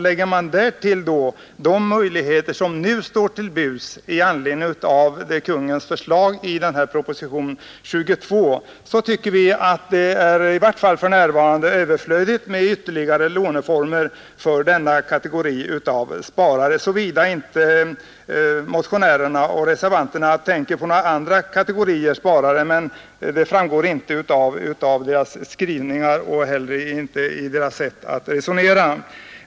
Lägger man därtill de möjligheter som nu står till buds enligt Kungl. Maj:ts förslag i propositionen 22 är det i varje fall för närvarande överflödigt med ytterligare låneformer för denna kategori av sparare, såvida inte motionärerna och reservanterna tänker på några andra kategorier sparare, men det framgår inte av deras skrivningar eller av deras sätt att resonera.